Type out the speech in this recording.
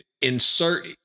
insert